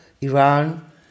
Iran